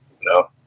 No